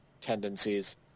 tendencies